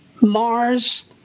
Mars